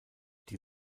die